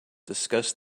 discuss